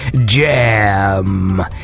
jam